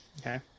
okay